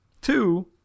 Two